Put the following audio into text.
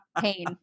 pain